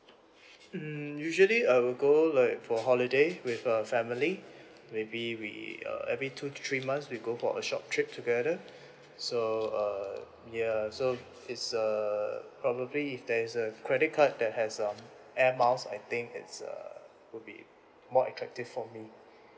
mm usually I will go like for holiday with uh family maybe we uh every two to three months we go for a short trip together so err ya so it's err probably if there is a credit card that has um air miles I think it's uh will be more attractive for me